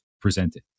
presented